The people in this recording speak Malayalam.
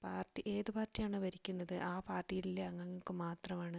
പാർട്ടി ഏതു പാർട്ടിയാണോ ഭരിക്കുന്നത് ആ പാർട്ടിയിലെ അംഗങ്ങൾക്ക് മാത്രമാണ്